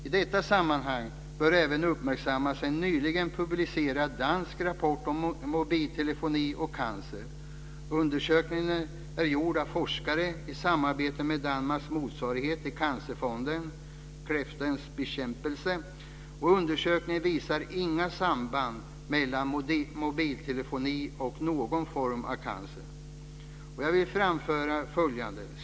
I detta sammanhang bör även uppmärksammas en nyligen publicerad dansk rapport om mobiltelefoni och cancer. Undersökningen är gjord av forskare i samarbete med Danmarks motsvarighet till Cancerfonden, Kræftans Bekæmpelse. Undersökningen visar inga samband mellan mobiltelefoni och någon form av cancer. Jag vill framföra följande.